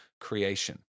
creation